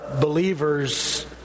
believers